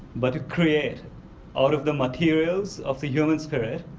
but to create out of the materials of the human spirit,